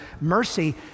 mercy